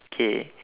okay